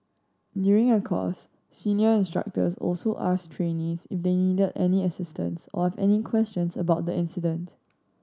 during a course senior instructors also asked trainees if they needed any assistance or any questions about the incident